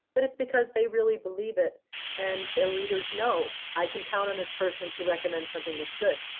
but it's because they really believe it and the readers know, i can count on this person to recommend something that's good.